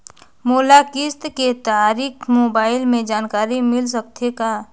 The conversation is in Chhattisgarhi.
मोला किस्त के तारिक मोबाइल मे जानकारी मिल सकथे का?